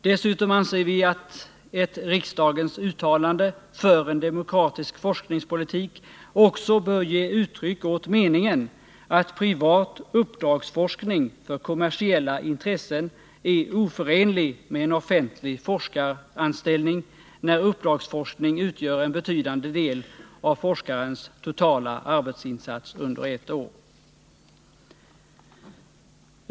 Dessutom anser vi att ett riksdagens uttalande för en demokratisk forskningspolitik också bör ge uttryck åt meningen att privat uppdragsforskning för kommersiella intressen är oförenlig med en offentlig forskaranställning, när uppdragsforskning utgör en betydande del av forskarens totala arbetsinsats under ett år.